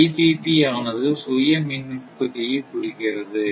IPP ஆனது சுய மின் உற்பத்தியை குறிக்கிறது